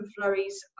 flurries